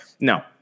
no